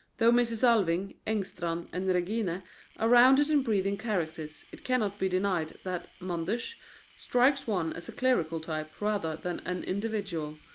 though mrs. alving, engstrand and regina are rounded and breathing characters, it cannot be denied that manders strikes one as a clerical type rather than an individual,